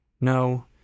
No